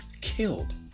Killed